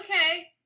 okay